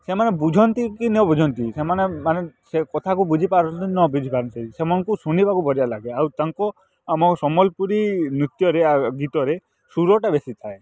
ସେମାନେ ବୁଝନ୍ତି କି ନବୁଝନ୍ତି ସେମାନେ ମାନେ ସେ କଥାକୁ ବୁଝିପାରୁଚନ୍ତି କି ନବୁଝିପାରୁଚନ୍ତି ସେମାନଙ୍କୁ ଶୁଣିବାକୁ ବଢ଼ିଆ ଲାଗେ ଆଉ ତାଙ୍କୁ ଆମ ସମ୍ବଲପୁରୀ ନୃତ୍ୟରେ ଗୀତରେ ସୁରଟା ବେଶୀ ଥାଏ